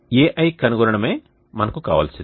Ai కనుగొనడమే మనకు కావలసింది